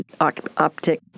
optic